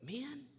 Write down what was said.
man